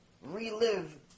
relive